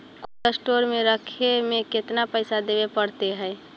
Cold store में रखे में केतना पैसा देवे पड़तै है?